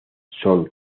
son